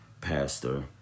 pastor